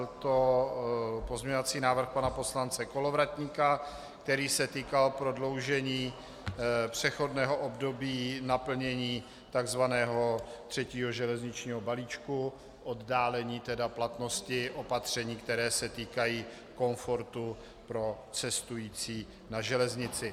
Byl to pozměňovací návrh pana poslance Kolovratníka, který se týkal prodloužení přechodného období naplnění tzv. třetího železničního balíčku, oddálení tedy platnosti opatření, která se týkají komfortu pro cestující na železnici.